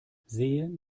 sehen